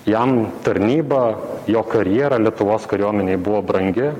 jam tarnyba jo karjera lietuvos kariuomenėj buvo brangi